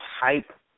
hype